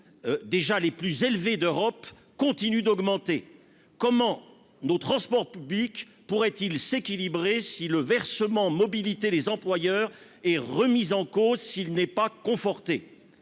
déjà les plus élevés d'Europe continue d'augmenter, comment nos transports publics pourrait-il s'équilibrer si le versement mobilité les employeurs et remise en cause s'il n'est pas confortée